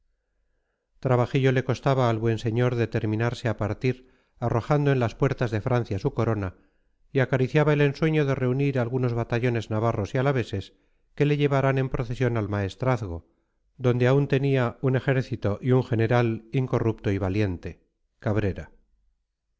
corría trabajillo le costaba al buen señor determinarse a partir arrojando en las puertas de francia su corona y acariciaba el ensueño de reunir algunos batallones navarros y alaveses que le llevaran en procesión al maestrazgo donde aún tenía un ejército y un general incorrupto y valiente cabrera